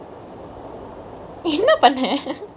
என்ன பன்ன:enna panne